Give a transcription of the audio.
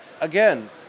again